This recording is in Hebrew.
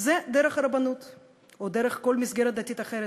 היא דרך הרבנות או דרך כל מסגרת דתית אחרת.